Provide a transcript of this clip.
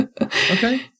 Okay